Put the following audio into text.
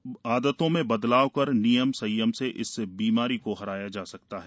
अपनी आदतों में बदलाव कर नियम संयम से इस बीमारी को हराया जा सकता है